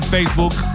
Facebook